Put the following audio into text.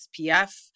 SPF